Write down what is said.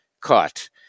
caught